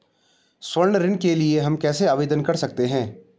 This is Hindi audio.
स्वर्ण ऋण के लिए हम कैसे आवेदन कर सकते हैं?